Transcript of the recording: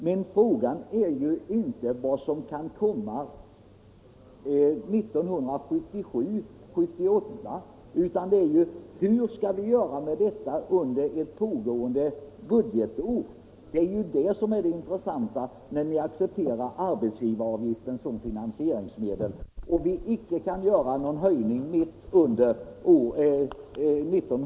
Men frågan är inte vad som kan hända 1977/78, utan frågan är: Hur skall vi — eftersom ni accepterar arbetsgivaravgiften som finansieringsmedel — göra om det under pågående budgetår visar sig att pengarna inte räcker? Mitt under 1976 kan vi inte göra en höjning av arbetsgivaravgiften.